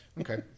okay